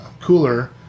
cooler